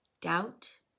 doubt